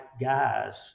guys